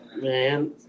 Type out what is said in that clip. man